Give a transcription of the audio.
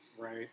Right